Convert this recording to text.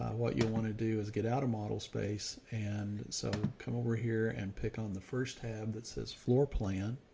what you want to do is get out of model space. and so come over here and pick on the first tab that says floor plan.